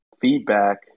feedback